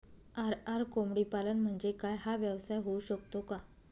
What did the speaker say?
RR कोंबडीपालन म्हणजे काय? हा व्यवसाय होऊ शकतो का?